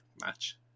match